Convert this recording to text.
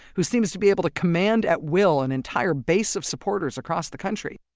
who seems to be able to command-at-will an entire base of supporters across the country,